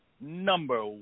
number